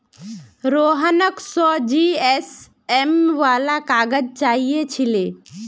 रोहनक सौ जीएसएम वाला काग़ज़ चाहिए छिले